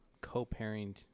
co-parenting